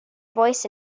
voice